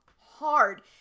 hard